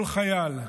כל חייל,